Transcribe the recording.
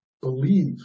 believe